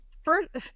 first